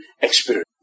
experience